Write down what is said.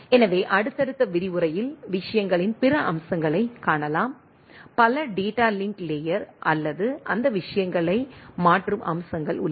எனவே அடுத்தடுத்த விரிவுரையில் விஷயங்களின் பிற அம்சங்களைக் காணலாம் பல டேட்டா லிங்க் லேயர் அல்லது அந்த விஷயங்களை மாற்றும் அம்சங்கள் உள்ளன